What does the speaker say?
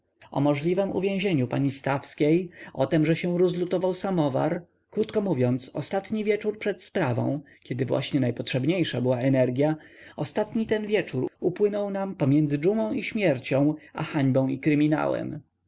o możliwem uwięzieniu pani stawskiej o tem że się rozlutował samowar krótko mówiąc ostatni wieczór przed sprawą kiedy właśnie najpotrzebniejsza była energia ostatni ten wieczór upłynął nam pomiędzy dżumą i śmiercią a hańbą i kryminałem